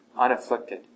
unafflicted